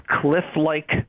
cliff-like